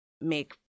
make